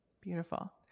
Beautiful